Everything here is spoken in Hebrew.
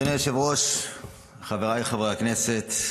אדוני היושב-ראש, חבריי חברי הכנסת,